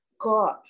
God